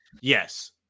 yes